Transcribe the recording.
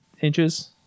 inches